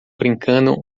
brincando